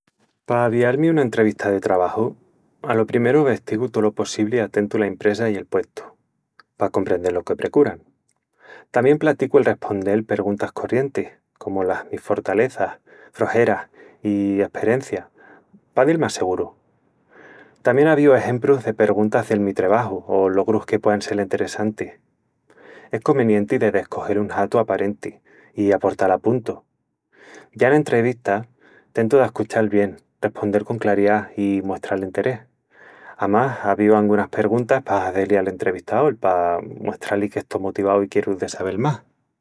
Pa avial-mi una entrevista de trabaju, alo primeru vestigu tolo possibli a tentu la impresa i el puestu, pa comprendel lo qué precuran. Tamién platicu el respondel perguntas corrientis, comu las mis fortalezas, froxeras i esperencia, pa dil más seguru. Tamién avíu exemprus de perguntas del mi trebaju o logrus que puean sel enteressantis. Es comenienti de descogel un hatu aparenti i aportal a puntu. Ya ena entrevista, tentu d'ascuchal bien, respondel con clariá i muestral enterés. Amás, avíu angunas perguntas pa hazé-li al entrevistaol, pa muestrá-li que estó motivau i quieru de sabel más.